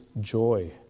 joy